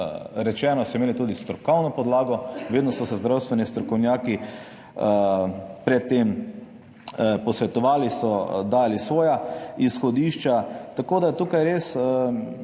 rečeno, so imeli tudi strokovno podlago, vedno so se zdravstveni strokovnjaki pred tem posvetovali, so dajali svoja izhodišča, tako da tukaj res,